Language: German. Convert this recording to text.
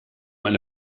eine